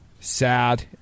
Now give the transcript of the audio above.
sad